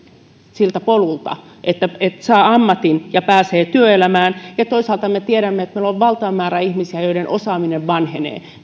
siltä polulta että saa ammatin ja pääsee työelämään ja toisaalta me tiedämme että meillä on valtava määrä ihmisiä joiden osaaminen vanhenee